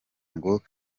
ngo